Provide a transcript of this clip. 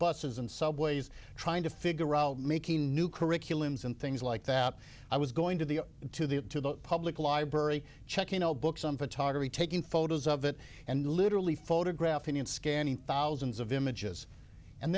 buses and subways trying to figure out making new curriculums and things like that i was going to the to the to the public library check you know books on photography taking photos of it and literally photographing in scanning thousands of images and